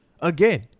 Again